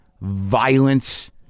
violence